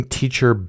teacher